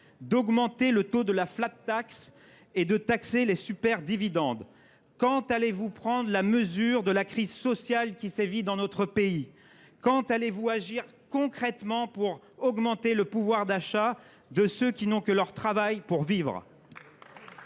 d’augmenter le taux de la et de taxer les superdividendes ! Quand prendrez vous la mesure de la crise sociale qui sévit dans notre pays ? Quand agirez vous concrètement pour augmenter le pouvoir d’achat de ceux qui n’ont que leur travail pour vivre ?